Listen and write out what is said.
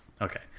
Okay